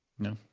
No